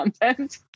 content